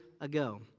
ago